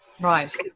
Right